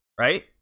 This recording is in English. right